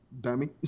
dummy